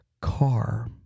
car